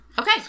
Okay